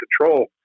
control